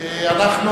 אנחנו